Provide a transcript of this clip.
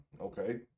Okay